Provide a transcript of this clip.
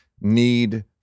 need